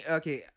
okay